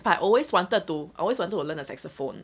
but I always wanted to I always wanted to learn the saxophone